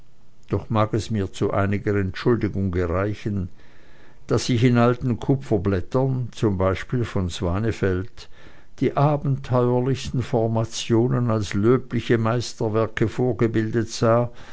doch mag es mir zu einiger entschuldigung gereichen daß ich in alten kupferblättern zum beispiel von swanefeldt die abenteuerlichsten formationen als löbliche meisterwerke vorgebildet sah